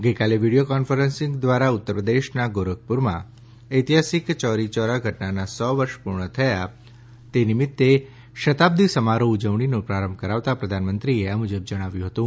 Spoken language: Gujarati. ગઈકાલે વીડિયો કોન્ફરન્સિંગ દ્વારા ઉત્તરપ્રદેશના ગોરખપુરમાં ઐતિહાસિક ચૌરી ચૌરા ઘટનાના સો વર્ષ પુર્ણ થયા તે નિમિત્તે શતાબ્દી સમારોહ ઉજવણીનો પ્રારંભ કરાવતા પ્રધાનમંત્રીએ આ મુજબ જણાવ્યું હતું